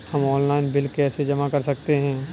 हम online bill कैसे जमा कर सकते हैं?